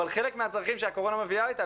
אבל חלק מהצרכים שהקורונה מביאה אתה,